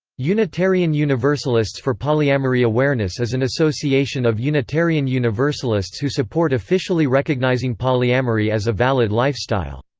unitarian universalists for polyamory awareness is an association of unitarian universalists who support officially recognizing polyamory as a valid lifestyle.